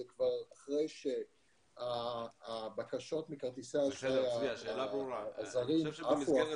זה כבר אחרי שהבקשות מכרטיסי האשראי הזרים עפו